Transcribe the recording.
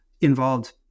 involved